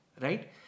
Right